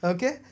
Okay